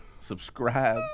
subscribe